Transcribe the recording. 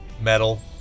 metal